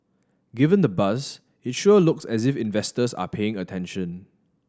given the buzz it sure looks as if investors are paying attention